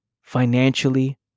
financially